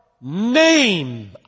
name